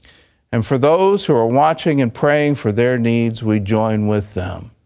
and for those who are watching and praying for their needs, we join with them.